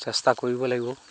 চেষ্টা কৰিব লাগিব